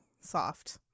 soft